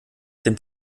dem